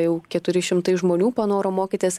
jau keturi šimtai žmonių panoro mokytis